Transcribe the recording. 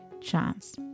chance